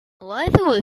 eliza